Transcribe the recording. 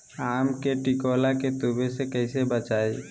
आम के टिकोला के तुवे से कैसे बचाई?